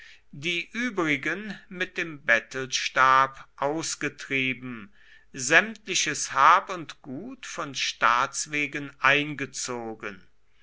die übrigen mit dem bettelstab ausgetrieben sämtliches hab und gut von staats wegen eingezogen